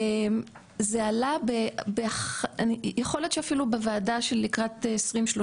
זה עלה, יכול להיות שאפילו בוועדה של לקראת 2030,